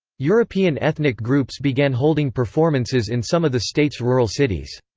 european ethnic groups began holding performances in some of the state's rural cities.